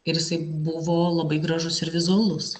ir jisai buvo labai gražus ir vizualus